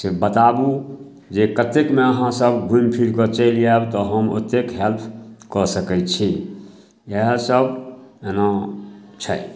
से बताबू जे कतेकमे अहाँसभ घुमिफिरिकऽ चलि आएब तऽ हम ओतेक हेल्प कऽ सकै छी इएहसब एना छै